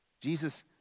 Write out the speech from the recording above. Jesus